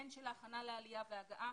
הן של ההכנה לעלייה וההגעה,